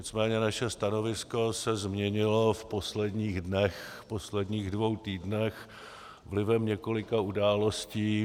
Nicméně naše stanovisko se změnilo v posledních dnech, posledních dvou týdnech vlivem několika událostí.